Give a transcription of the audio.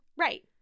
Right